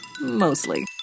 Mostly